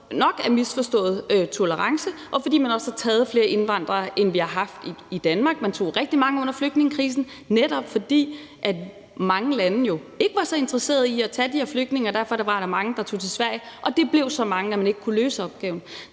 nok af misforstået tolerance, og fordi man også har taget flere indvandrere, end vi har haft i Danmark. Man tog rigtig mange under flygtningekrisen, netop fordi mange lande jo ikke var så interesserede i at tage de her flygtninge, og derfor var der mange, der tog til Sverige, og det blev så mange, at man ikke kunne løse opgaven.